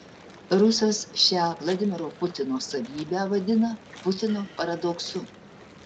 rusas šią vladimiro putino savybę vadina putino paradoksu